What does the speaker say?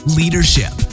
leadership